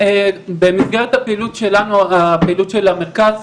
במסגרת הפעילות שלנו, הפעילות של המרכז,